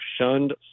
shunned